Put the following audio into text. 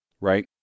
right